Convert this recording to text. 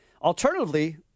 Alternatively